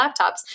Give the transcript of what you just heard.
laptops